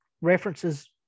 References